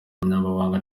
umunyamabanga